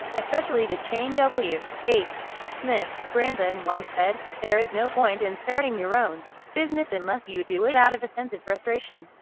especially the chain w. h. smith. branson once said, there is no point in starting your own business unless you do it out of a sense of frustration.